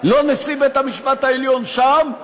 לא נשיא בית-המשפט העליון שם,